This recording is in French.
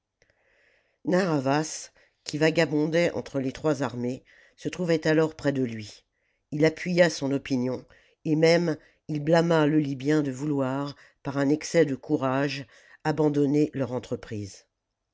narr'havas qui vagabondait entre les trois armées se trouvait alors près de lui il appuya son opinion et même il blâma le libyen de vouloir par un excès de courage abandonner leur entreprise